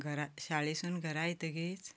घरा शाळेंतसून घरा येतकच